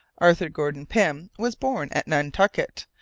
arthur gordon pym was born at nantucket,